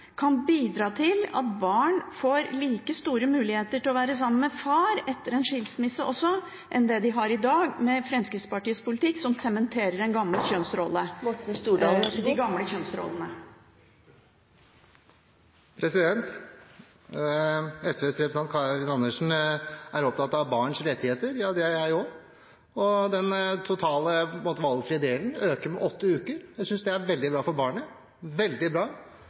kan bidra til at barn får like store muligheter til å være sammen med far, også etter en skilsmisse, noe de ikke har i dag med Fremskrittspartiets politikk, som sementerer de gamle kjønnsrollene? SVs representant Karin Andersen er opptatt av barns rettigheter. Ja, det er jeg òg. Den totale valgfrie delen øker med åtte uker. Jeg synes det er veldig bra for barnet, veldig bra.